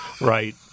Right